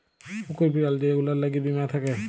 কুকুর, বিড়াল যে গুলার ল্যাগে বীমা থ্যাকে